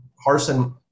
Harson